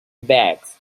bags